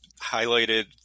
highlighted